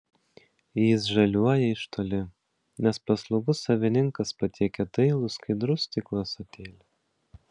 jis žaliuoja iš toli nes paslaugus savininkas patiekia dailų skaidraus stiklo ąsotėlį